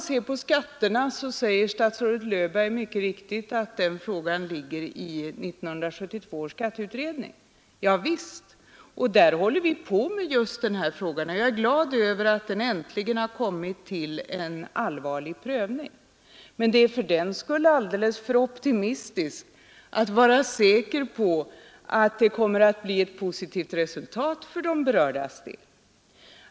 Vad skatterna beträffar säger statsrådet Löfberg mycket riktigt att den frågan ligger i 1972 års skatteutredning. Javisst. Där håller vi på med den frågan, och jag är glad över att den äntligen har kommit upp till allvarlig prövning. Men det är alldeles för optimistiskt att fördenskull vara säker på att det kommer att bli ett positivt resultat för de berördas del.